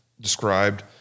described